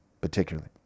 particularly